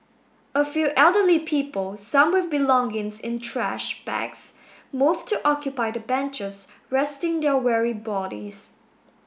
a few elderly people some with belongings in trash bags moved to occupy the benches resting their weary bodies